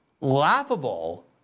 laughable